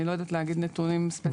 אני לא יודעת להגיד נתונים ספציפיים.